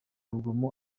rugomo